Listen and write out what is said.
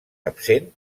absent